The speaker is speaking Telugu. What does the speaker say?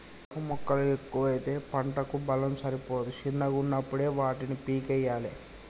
కలుపు మొక్కలు ఎక్కువైతే పంటకు బలం సరిపోదు శిన్నగున్నపుడే వాటిని పీకేయ్యలే